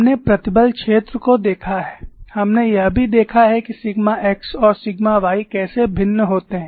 हमने प्रतिबल क्षेत्र को देखा है हमने यह भी देखा है कि सिग्मा x और सिग्मा y कैसे भिन्न होते हैं